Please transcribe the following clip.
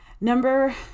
Number